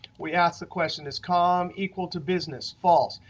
we ask the question, is com equal to business? false.